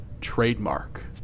trademark